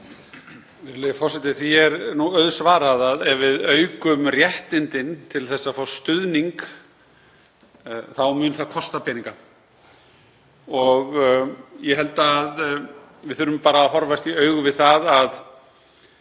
Virðulegi forseti. Því er auðsvarað. Ef við aukum réttindin til að fá stuðning þá mun það kosta peninga. Ég held að við þurfum bara að horfast í augu við það að